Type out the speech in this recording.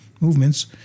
movements